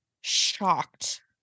shocked